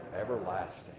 everlasting